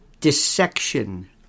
dissection